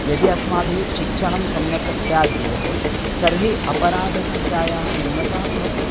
यदि अस्माभिः शिक्षणं सम्यक्तया दीयते तर्हि अपराधसङ्ख्यायाः न्यूनता भवति